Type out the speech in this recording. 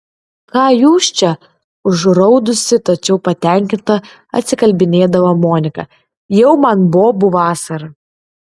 ką jūs čia užraudusi tačiau patenkinta atsikalbinėdavo monika jau man bobų vasara